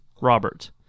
Robert